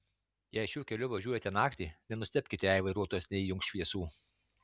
jei šiuo keliu važiuojate naktį nenustebkite jei vairuotojas neįjungs šviesų